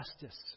justice